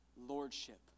lordship